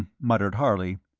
muttered harley.